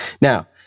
Now